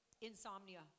Insomnia